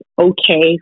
okay